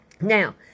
Now